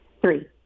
Three